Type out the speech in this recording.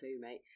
mate